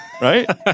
Right